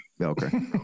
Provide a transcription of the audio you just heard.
okay